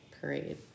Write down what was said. parade